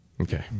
Okay